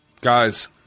Guys